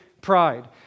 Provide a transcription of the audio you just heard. pride